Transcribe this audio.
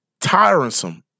tiresome